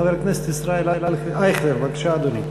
חבר הכנסת ישראל אייכלר, בבקשה, אדוני.